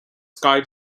sky